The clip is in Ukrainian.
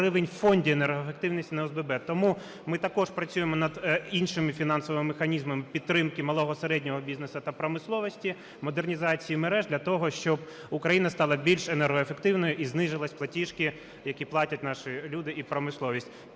Тому ми також працюємо над іншим фінансовим механізмом підтримки малого, середнього бізнесу та промисловості, модернізації мереж для того, щоб Україна стала більш енергоефективною і знизились платіжки, які платять наші люди і промисловість.